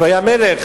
שהיה מלך,